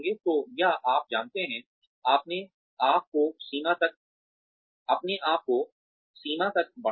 तो या आप जानते हैं अपने आप को सीमा तक बढ़ाएं